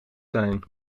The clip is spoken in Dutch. zijn